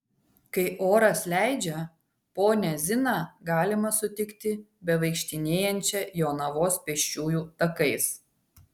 kai oras leidžia ponią ziną galima sutikti bevaikštinėjančią jonavos pėsčiųjų takais